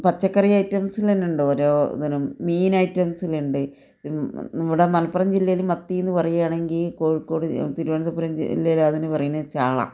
പച്ചക്കറി ഐറ്റംസിൽ തന്നെ ഉണ്ട് ഓരോ തരം മീൻ ഐറ്റംസിലും ഉണ്ട് നമ്മുടെ മലപ്പുറം ജില്ലയിൽ മത്തി എന്ന് പറുകയാണെങ്കിൽ കോഴിക്കോട് തിരുവനന്തപുരം ജില്ലയിൽ അതിന് പറയുന്നത് ചാള